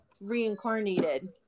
reincarnated